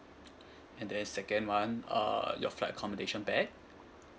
and then second one uh your flight accommodation back